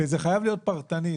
וזה חייב להיות פרטני,